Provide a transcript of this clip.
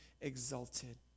exalted